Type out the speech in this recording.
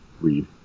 read